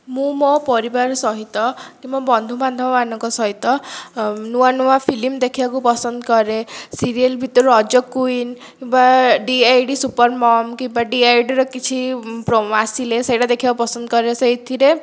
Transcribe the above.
ମୁଁ ମୋ ପରିବାର ସହିତ କିମ୍ବା ବନ୍ଧୁବାନ୍ଧବମାନଙ୍କ ସହିତ ନୂଆ ନୂଆ ଫିଲ୍ମ ଦେଖିବାକୁ ପସନ୍ଦ କରେ ସିରିଏଲ୍ ଭିତରୁ ରଜ କୁଇନ୍ ବା ଡିଆଇଡ଼ି ସୁପର ମମ୍ କିମ୍ବା ଡିଆଇଡ଼ିର କିଛି ଆସିଲେ ସେଇଟା ଦେଖିବାକୁ ପସନ୍ଦ କରେ ସେହିଥିରେ